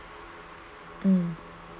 um